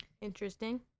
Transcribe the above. Interesting